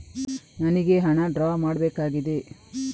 ನನಿಗೆ ಹಣ ಡ್ರಾ ಮಾಡ್ಬೇಕಾಗಿದೆ